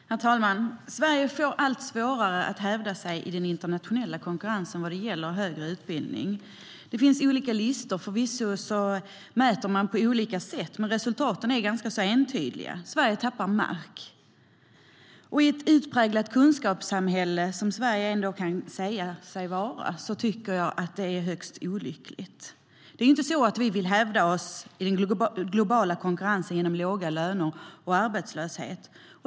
STYLEREF Kantrubrik \* MERGEFORMAT Utbildning och universitetsforskningI ett utpräglat kunskapssamhälle, vilket Sverige ändå kan sägas vara, tycker jag att detta är högst olyckligt. Det är ju inte så att vi vill hävda oss i den globala konkurrensen genom låga löner och arbetslöshet.